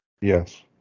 Yes